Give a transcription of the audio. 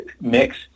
mix